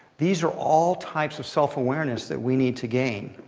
these are all types of self-awareness that we need to gain.